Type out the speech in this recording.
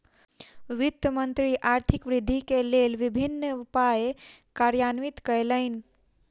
वित्त मंत्री आर्थिक वृद्धि के लेल विभिन्न उपाय कार्यान्वित कयलैन